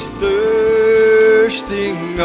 thirsting